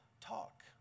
talk